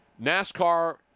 NASCAR –